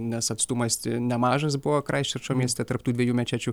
nes atstumas nemažas buvo kraisčerčo mieste tarp tų dviejų mečečių